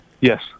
Yes